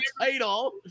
title